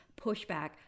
pushback